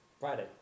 Friday